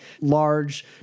large